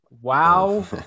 wow